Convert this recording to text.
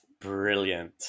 brilliant